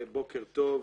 בוקר טוב,